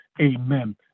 Amen